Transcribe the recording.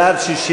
בעד,